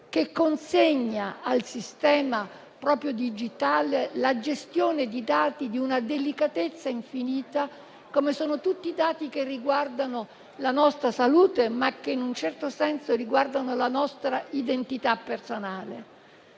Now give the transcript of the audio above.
che consegni al sistema digitale la gestione di dati di una delicatezza infinita, come sono tutti i dati che riguardano la nostra salute e, in un certo senso, la nostra identità personale.